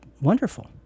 wonderful